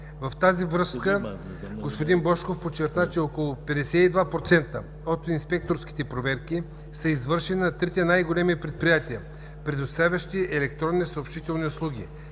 В тази връзка господин Божков подчерта, че около 52% от инспекторските проверки са извършени на трите най-големи предприятия, предоставящи електронни съобщителни услуги